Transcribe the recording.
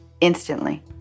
instantly